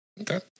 okay